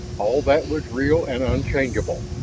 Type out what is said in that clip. all that was real and unchangeable.